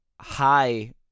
high